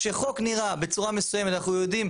כשחוק נראה בצורה מסוימת אנחנו יודעים